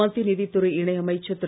மத்திய நிதித்துறை இணை அமைச்சர் திரு